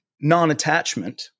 non-attachment